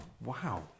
Wow